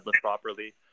properly